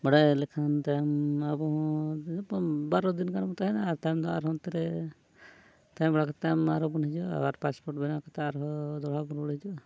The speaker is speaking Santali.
ᱵᱟᱲᱟᱭ ᱞᱮᱠᱷᱟᱱ ᱛᱟᱭᱚᱢ ᱟᱵᱚ ᱦᱚᱸ ᱵᱟᱨᱚ ᱫᱤᱱ ᱜᱟᱱ ᱵᱚᱱ ᱛᱟᱦᱮᱱᱟ ᱛᱟᱭᱚᱢ ᱫᱚ ᱟᱨ ᱱᱚᱛᱮ ᱨᱮ ᱛᱟᱦᱮᱸ ᱵᱟᱲᱟ ᱠᱟᱛᱮᱫ ᱟᱢ ᱟᱨᱦᱚᱸ ᱵᱚᱱ ᱦᱤᱡᱩᱜᱼᱟ ᱟᱵᱟᱨ ᱯᱟᱥᱯᱳᱨᱴ ᱵᱮᱱᱟᱣ ᱠᱟᱛᱮᱫ ᱟᱨᱦᱚᱸ ᱫᱚᱦᱲᱟ ᱵᱚᱱ ᱨᱩᱣᱟᱹᱲ ᱦᱤᱡᱩᱜᱼᱟ